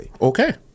Okay